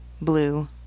blue